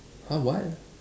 !huh! what